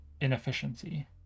inefficiency